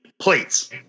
plates